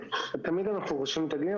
תמיד אנחנו חושבים על תקדים,